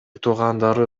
туугандары